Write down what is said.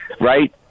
right